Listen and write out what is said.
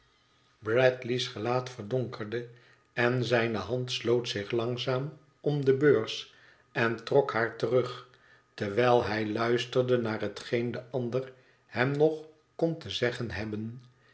bradley's gelaat verdonkerde en zijne hand sloot zich langzaam om de beurs en trok haar terug terwijl hij luisterde naar hetgeen de ander hem nog kon te zeggen hebben